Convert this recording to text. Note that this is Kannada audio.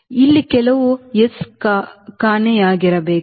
ಇಲ್ಲಿ ಕೆಲವು S ಕಾಣೆಯಾಗಿರಬೇಕು